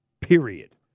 Period